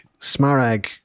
smarag